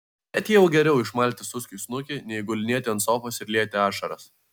bet jau geriau išmalti suskiui snukį nei gulinėti ant sofos ir lieti ašaras